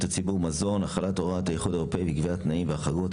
הציבור (מזון)(החלת הוראות האיחוד האירופי וקביעת תנאים והחרגות),